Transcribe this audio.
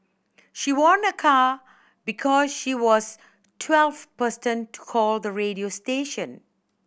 she won a car because she was twelfth person call the radio station